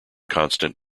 constant